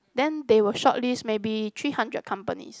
then they will shortlist maybe three hundred companies